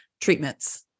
treatments